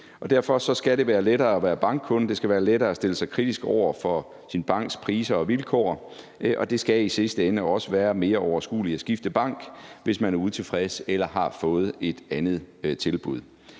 Derfor skal det være lettere at være bankkunde, det skal være lettere at stille sig kritisk over for sin banks priser og vilkår, og det skal i sidste ende også være mere overskueligt at skifte bank, hvis man er utilfreds eller har fået et andet tilbud.